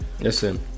Listen